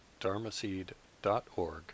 dharmaseed.org